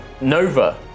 Nova